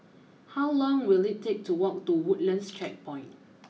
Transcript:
how long will it take to walk to Woodlands Checkpoint